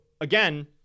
again